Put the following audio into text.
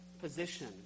position